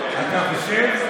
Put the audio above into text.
אתה חושב?